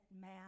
math